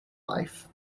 life